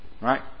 Right